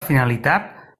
finalitat